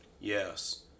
Yes